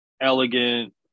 elegant